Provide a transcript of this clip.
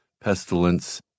pestilence